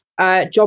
job